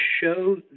show